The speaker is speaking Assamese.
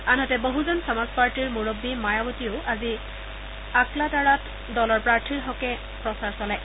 আনহাতে বহুজন সমাজ পাৰ্টীৰ মূৰববী মায়াৱতীয়েও আজি আকালতাৰাত দলৰ প্ৰাৰ্থীৰ হকে প্ৰচাৰ চলায়